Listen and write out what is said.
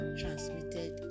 transmitted